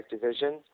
Division